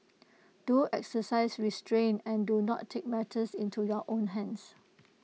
do exercise restraint and do not take matters into your own hands